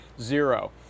zero